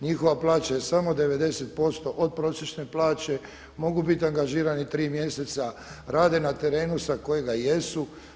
Njihova plaća je samo 90% od prosječne plače, mogu biti angažirani 3 mjeseca, rade na terenu sa kojega jesu.